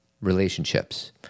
relationships